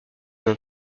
d’un